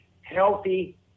healthy